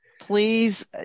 please